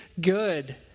good